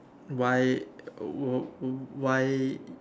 why wh~ why